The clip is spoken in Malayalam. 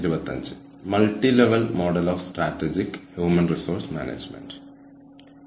ഇന്ന് ഈ പ്രഭാഷണത്തിൽ നമ്മൾ സംസാരിക്കുന്നത് സ്ട്രാറ്റജിക് ഹ്യൂമൻ റിസോഴ്സ് മാനേജ്മെന്റിനെക്കുറിച്ചാണ്